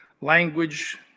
language